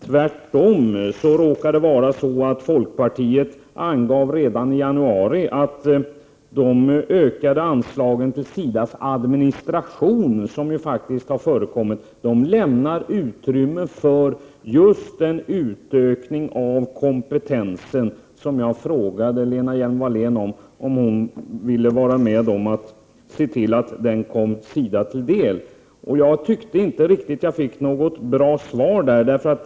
Tvärtom råkar det vara så att folkpartiet redan i januari angav att de ökningar av anslagen till SIDA:s administration som faktiskt har gjorts ger utrymme för just en sådan utökning av kompetensen som jag frågade om Lena Hjelm-Wallén ville se till att SIDA kunde få. Jag tyckte att jag inte fick något riktigt bra svar på den punkten.